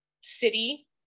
city